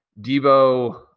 Debo